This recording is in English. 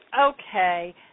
Okay